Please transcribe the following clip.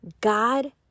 God